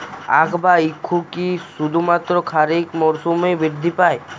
আখ বা ইক্ষু কি শুধুমাত্র খারিফ মরসুমেই বৃদ্ধি পায়?